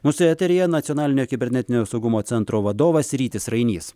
mūsų eteryje nacionalinio kibernetinio saugumo centro vadovas rytis rainys